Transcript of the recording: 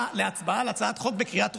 להצבעה על הצעת חוק בקריאה טרומית,